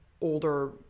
older